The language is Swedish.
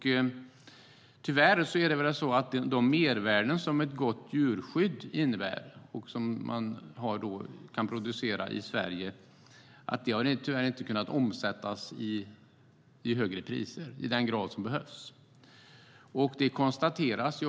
Tyvärr har de mervärden som ett gott djurskydd innebär för det som kan produceras i Sverige inte kunnat omsättas i högre priser i den grad som behövs.